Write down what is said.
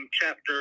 Chapter